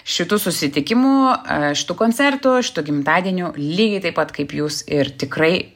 šitu susitikimu šitu koncertu šitu gimtadieniu lygiai taip pat kaip jūs ir tikrai